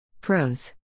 Pros